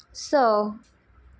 स